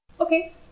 Okay